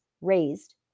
raised